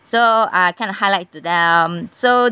so I kind of highlight to them so